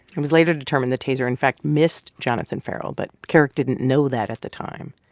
it was later determined the taser in fact missed jonathan ferrell, but kerrick didn't know that at the time.